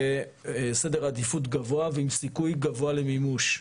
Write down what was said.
כסדר עדיפות גבוה ועם סיכוי גבוה למימוש,